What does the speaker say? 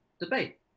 debate